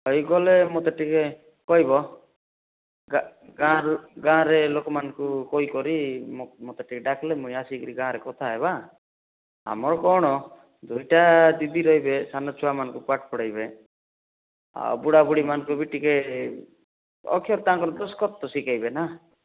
ହେଇଗଲେ ମୋତେ ଟିକିଏ କହିବ ଗାଁ ଗାଁ ଗାଁରେ ଲୋକମାନଙ୍କୁ କହିକରି ମୋତେ ଟିକିଏ ଡାକିଲେ ମୁଇଁ ଆସିକିରି ଗାଁରେ କଥା ହେବା ଆମର କ'ଣ ଦୁଇଟା ଦିଦି ରହିବେ ସାନ ଛୁଆମାନଙ୍କୁ ପାଠ ପଢ଼େଇବେ ଆଉ ବୁଢ଼ା ବୁଢ଼ୀମାନଙ୍କୁ ବି ଟିକିଏ ଅକ୍ଷର ତାଙ୍କୁ ଦସ୍ତଖତ ତ ସିଖେଇବେ ନା